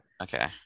Okay